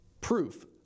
proof